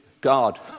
God